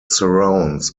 surrounds